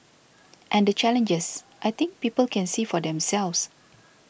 and the challenges I think people can see for themselves